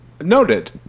noted